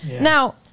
Now